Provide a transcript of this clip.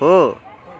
हो